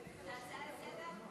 תודה רבה.